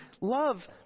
love